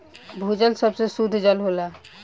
भूजल सबसे सुद्ध जल होला